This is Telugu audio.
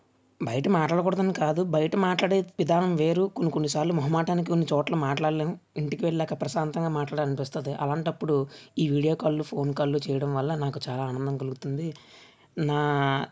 బయట మాట్లాడకూడదు అని కాదు బయట మాట్లాడే విధానం వేరు కొన్ని కొన్ని సార్లు మొహమాటానికి కొన్ని చోట్ల మాట్లాడలేం ఇంటికి వెళ్ళాక ప్రశాంతంగా మాట్లాడాలనిపిస్తుంది అలాంటప్పుడు ఈ వీడియో కాల్లు ఫోన్ కాల్లు చేయడం వల్ల నాకు చాలా ఆనందం కలుగుతుంది నా